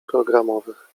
programowych